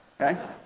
Okay